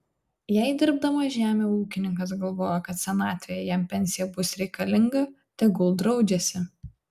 jei dirbdamas žemę ūkininkas galvoja kad senatvėje jam pensija bus reikalinga tegul draudžiasi